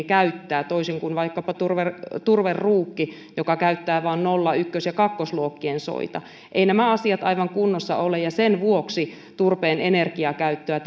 käyttää toisin kuin vaikkapa turveruukki turveruukki joka käyttää vain nolla ykkös ja kakkosluokkien soita eivät nämä asiat aivan kunnossa ole ja sen vuoksi turpeen energiakäyttöä